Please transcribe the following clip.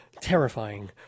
Terrifying